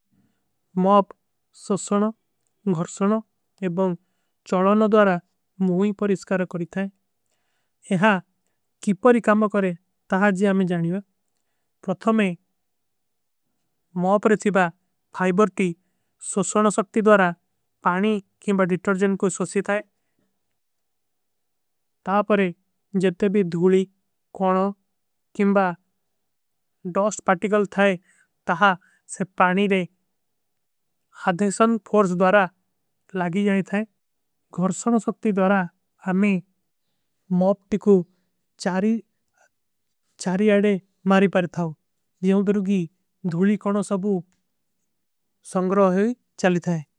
ମପ ସୋଚନୋ ଘର୍ଷନୋ ଏବଂ ଚଲନୋ ଦ୍ଯାରା ମୁଵିଂଗ ପରିଶ୍କାର କରୀ ଥାଈ। ଯହାଁ କିପରୀ କାମ କରେଂ ତହାଁ ଜୀ ଆମେଂ ଜାନୀ ହୂଁ ପ୍ରଥମେ ମପ ରେଚୀବା। ଫାଇବର କୀ ସୋଚନୋ ସକ୍ତୀ ଦ୍ଯାରା ପାନୀ କେଂବା ଡିଟର୍ଜେନ କୋ ସୋଚୀ। ଥାଈ ତାଁପରେ ଜବତେ ଭୀ ଧୂଲୀ କୌନୋ କେଂବା ଡସ୍ଟ ପାଟିକଲ ଥାଈ ତହାଁ। ସେ ପାନୀ ରେ ଅଧେସନ ଫୋର୍ସ ଦ୍ଵାରା ଲାଗୀ ଜାନୀ ଥାଈ ଘର୍ଷନୋ ସକ୍ତୀ। ଦ୍ଵାରା ହମେଂ ମପ ଟିକୋ ଚାରୀ ଆଡେ ମାରୀ। ପରିଶ୍କାର ଥାଁ। ଦିଯାଂ ଦରୁଗୀ ଧୂଲୀ କୌନୋ ସବୂ ସଂଗ୍ରାହେ ଚଲୀ ଥାଈ।